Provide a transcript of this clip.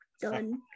done